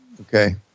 Okay